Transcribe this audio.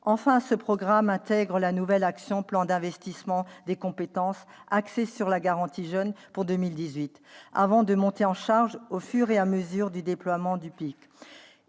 Enfin, ce programme intègre la nouvelle action n° 03, Plan d'investissement des compétences, axée sur la garantie jeunes pour 2018, avant de monter en charge au fur et à mesure du déploiement du PIC.